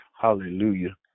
Hallelujah